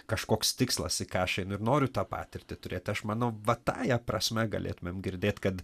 kažkoks tikslas į ką aš einu ir noriu tą patirtį turėti aš manau va tąja prasme galėtumėm girdėt kad